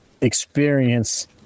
experience